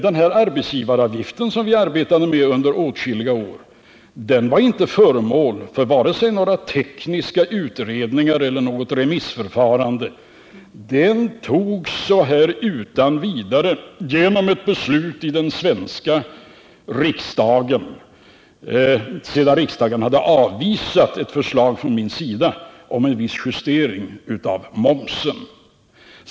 Den här arbetsgivaravgiften, som vi arbetade med under åtskilliga år, var inte förmål för vare sig några tekniska utredningar eller något remissförfarande, utan den togs utan vidare genom ett beslut i den svenska riksdagen, sedan riksdagen hade avvisat ett förslag från mig om en viss justering av momsen.